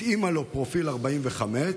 התאימה לו פרופיל 45,